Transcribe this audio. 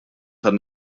tan